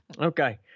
Okay